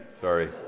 Sorry